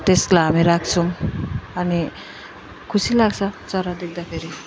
त्यसलाई हामी राख्छौँ अनि खुसी लाग्छ चरा देख्दाखेरि